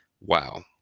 Wow